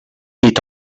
est